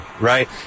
right